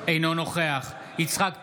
אינו נוכח יצחק פינדרוס,